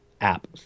app